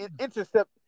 Intercept